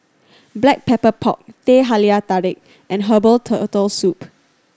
Black Pepper Pork Teh Halia Tarik and herbal Turtle Soup